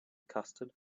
custard